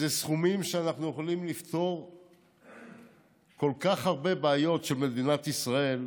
אלו סכומים שאנחנו יכולים לפתור איתם כל כך הרבה בעיות של מדינת ישראל.